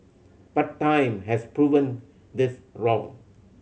but time has proven this wrong